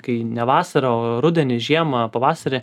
kai ne vasara o rudenį žiemą pavasarį